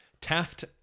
Taft